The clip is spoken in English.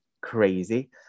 crazy